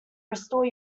restore